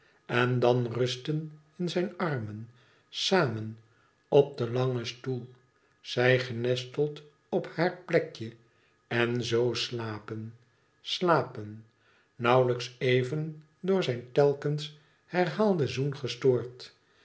en dan rusten in zijn armen samen op den langen stoel zij genesteld op haar plekje en zoo slapen slapen nauwlijks even door zijn telkens herhaalden zoen gestoord